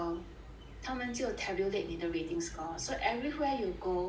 他们就 tabulate 你的 rating score so everywhere you go